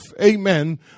amen